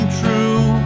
true